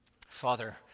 Father